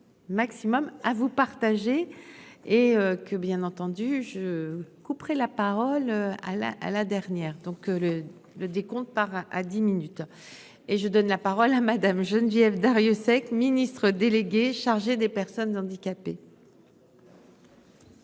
maximum ah vous partagez et que bien entendu je couperai la parole à la à la dernière donc le le décompte par à dix minutes et je donne la parole à Madame Geneviève Darrieussecq, ministre déléguée chargée des personnes handicapées.